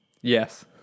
Yes